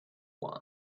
war